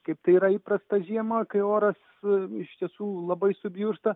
kaip tai yra įprasta žiemą kai oras iš tiesų labai subjursta